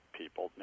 people